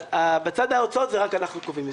בצד ההוצאות רק אנחנו קובעים.